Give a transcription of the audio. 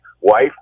wife